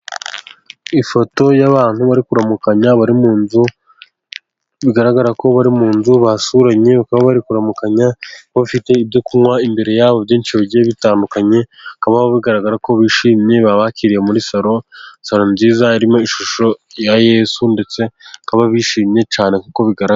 Ifoto y'abantu bari kuramukanya bari mu nzu, bigaragara ko bari mu nzu basuranye, bakaba bari kuramukanya, bakaba bafite ibyo kunywa imbere yabo byinshi bigiye bitandukanye, bakaba bagaragara ko bishimye, babakiriye muri salo, salo nziza irimo ishusho ya yesu, ndetse bakaba bishimye cyane nk'uko bigaragara.